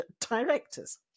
directors